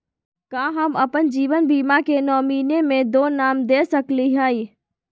का हम अप्पन जीवन बीमा के नॉमिनी में दो नाम दे सकली हई?